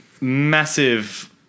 massive